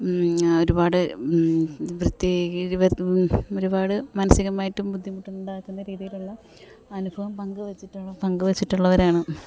ഒരുപാട് വൃത്തി ഒരുപാട് മാനസികമായിട്ടും ബുദ്ധിമുട്ടുണ്ടാക്കുന്ന രീതിയിലുള്ള അനുഭവം പങ്കുവെച്ചിട്ട് പങ്കുവെച്ചിട്ടുള്ളവരാണ്